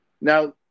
Now